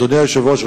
אדוני היושב-ראש,